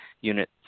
Unit